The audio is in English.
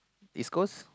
is cause